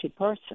person